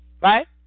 right